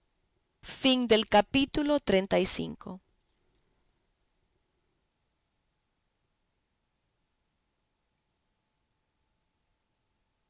fin del capítulo veinte y